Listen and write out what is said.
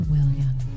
William